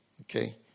Okay